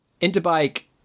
Interbike